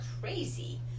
crazy